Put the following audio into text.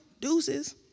Deuces